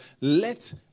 let